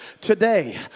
Today